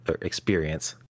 experience